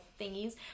thingies